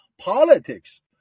politics